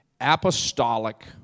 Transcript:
Apostolic